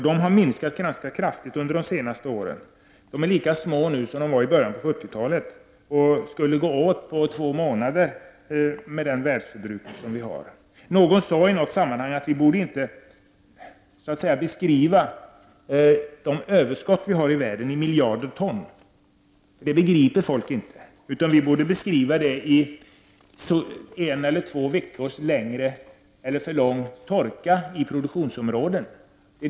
De har minskat ganska kraftigt under de senaste åren. De är lika små nu som de var i början av 70-talet. De skulle gå åt på två månader med den nuvarande världsförbrukningen. Någon sade i något sammanhang att vi inte bör beskriva de överskott vi har i världen i miljarder ton, för det begriper inte folk. Vi borde i stället beskriva det som en eller två veckors för lång torka i produktionsområdet.